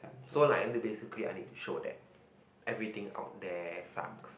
so like basically i need to show that everything out there sucks